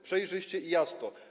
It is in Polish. Przejrzyście i jasno.